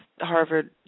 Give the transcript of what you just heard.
Harvard